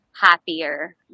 happier